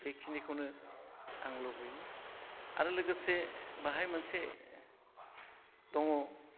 बेखिनिखौनो आं लुबैयो आरो लोगोसे बाहाय मोनसे दङ